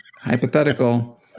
hypothetical